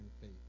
faith